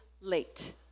late